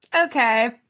Okay